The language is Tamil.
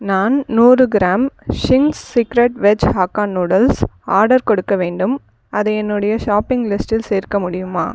நான் நூறு gram Ching's secret veg hakka noodles order கொடுக்க வேண்டும் அதை என்னுடைய ஷாப்பிங் லிஸ்டில் சேர்க்க முடியுமா